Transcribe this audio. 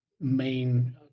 main